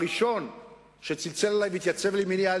הראשון שצלצל והתייצב לימיני היה,